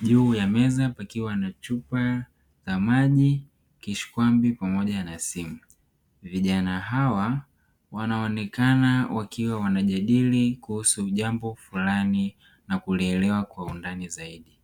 juu ya meza pakiwa na chupa za maji, kishikwambi pamoja na simu, vijana hawa wanaonekana wakiwa wanajadili kuhusu jambo fulani na kulielewa kwa undani zaidi.